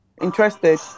interested